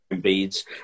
beads